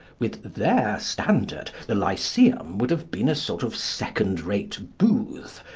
with their standard the lyceum would have been a sort of second-rate booth,